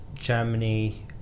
Germany